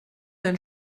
dein